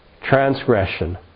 transgression